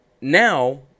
Now